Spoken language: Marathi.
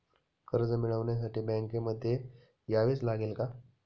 कर्ज मिळवण्यासाठी बँकेमध्ये यावेच लागेल का?